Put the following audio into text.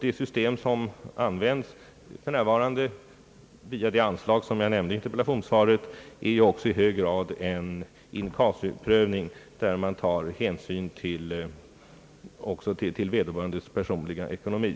Det system som används för närvarande med ersättning via det anslag som jag nämnde i interpellationssvaret är i hög grad en in casu-prövning, där man också tar hänsyn till vederbörandes personliga ekonomi.